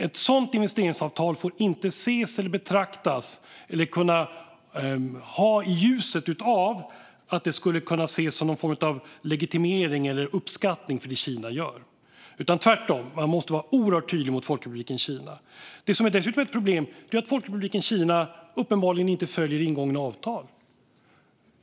Ett sådant investeringsavtal får inte betraktas som eller kunna ses i ljuset av någon form av legitimering eller uppskattning av det Kina gör. Tvärtom måste man vara oerhört tydlig mot Folkrepubliken Kina. Det som dessutom är ett problem är att Folkrepubliken Kina uppenbarligen inte följer ingångna avtal.